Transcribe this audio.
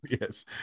Yes